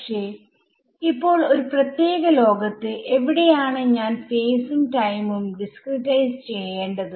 പക്ഷെ ഇപ്പോൾ ഒരു പ്രത്യേക ലോകത്ത് എവിടെയാണ് ഞാൻ ഫേസും ടൈമും ഡിസ്ക്രിടൈസ്ചെയ്യേണ്ടത്